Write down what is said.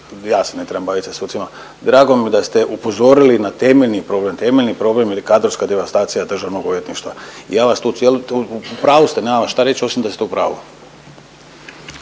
ja se ne trebam baviti sa sucima, drago mi je da ste upozorili na temeljni problem. Temeljni problem je kadrovska devastacija državnog odvjetništva. I ja vas tu cije… u pravu ste, nemam vam šta reći osim da ste u pravu.